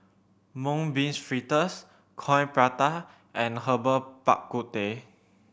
Mung Bean Fritters Coin Prata and Herbal Bak Ku Teh